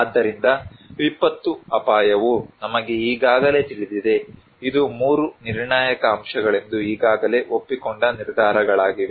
ಆದ್ದರಿಂದ ವಿಪತ್ತು ಅಪಾಯವು ನಮಗೆ ಈಗಾಗಲೇ ತಿಳಿದಿದೆ ಇದು 3 ನಿರ್ಣಾಯಕ ಅಂಶಗಳೆಂದು ಈಗಾಗಲೇ ಒಪ್ಪಿಕೊಂಡ ನಿರ್ಧಾರಗಳಾಗಿವೆ